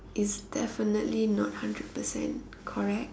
is definitely not hundred percent correct